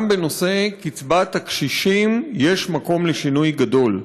בנושא קצבת הקשישים יש מקום לשינוי גדול.